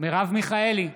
מרב מיכאלי,